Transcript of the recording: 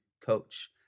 coach